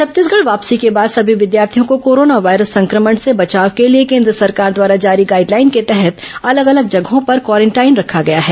छत्तीसगढ वापसी के बाद सभी विद्यार्थियों को कोरोना वायरस संक्रमण से बचाव के लिए केन्द्र सरकार द्वारा जारी गाइड लाइन के तहत अलग अलग जगहों पर क्वारेंटाइन में रखा गया है